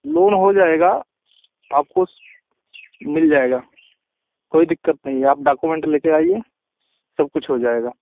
loan हो जाएगा आपको मिल जाएगा कोई दिक़्क़त नहीं आप डाकूमेंट ले कर आइए सब कुछ हो जाएगा